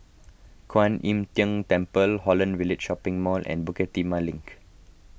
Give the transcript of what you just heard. Kwan Im Tng Temple Holland Village Shopping Mall and Bukit Timah Link